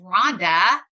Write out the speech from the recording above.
Rhonda